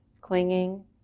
clinging